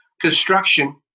construction